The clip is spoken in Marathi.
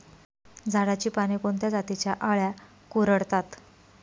झाडाची पाने कोणत्या जातीच्या अळ्या कुरडतात?